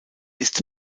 ist